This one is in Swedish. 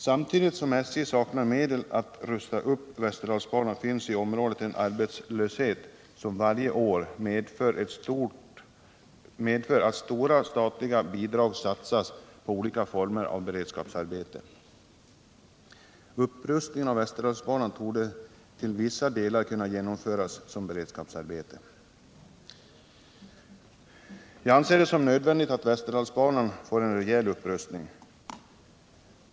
Samtidigt som SJ saknar medel att rusta upp Västerdalsbanan finns i området en arbetslöshet som varje år medför att stora statliga bidrag satsas på olika former av beredskapsarbete. Upprustningen av Västerdalsbanan torde till vissa delar kunna genomföras som beredskapsarbete. Jag anser det nödvändigt att Västerdalsbanan får en rejäl upprustning.